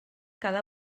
cada